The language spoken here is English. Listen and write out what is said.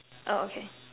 oh okay